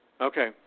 Okay